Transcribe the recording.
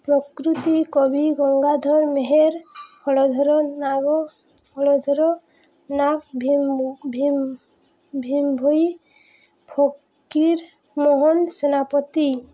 ପ୍ରକୃତି କବି ଗଙ୍ଗାଧର ମେହେର୍ ହଳଧର ନାଗ ହଳଧର ନାଗ ଭୀମ ଭୀମ ଭୋଇ ଫକିରମୋହନ ସେନାପତି